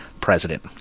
president